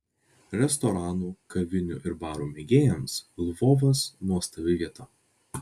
restoranų kavinių ir barų mėgėjams lvovas nuostabi vieta